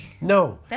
No